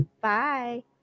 Bye